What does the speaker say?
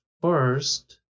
first